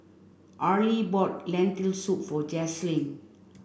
Arley bought Lentil soup for Jaslyn